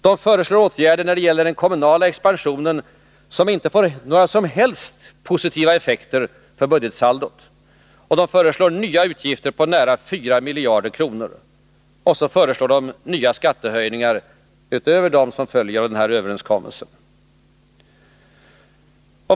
De föreslår åtgärder när det gäller den kommunala expansionen som inte får några som helst positiva effekter på budgetsaldot. De föreslår nya utgifter på nära 4 miljarder kronor. Och så föreslår de nya skattehöjningar utöver dem som följer av den träffade uppgörelsen.